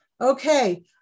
Okay